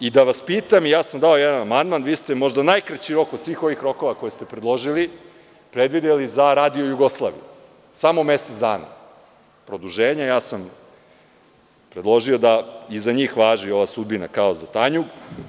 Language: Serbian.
Takođe, da vas pitam, ja sam dao jedan amandman, vi ste možda najkraći rok od svih ovih rokova koje ste predložili predvideli za Radio Jugoslaviju, samo mesec dana produženje, a ja sam predložio da i za njih važi ova sudbina kao za Tanjug.